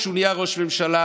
כשהוא נהיה ראש ממשלה,